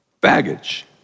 Baggage